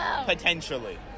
Potentially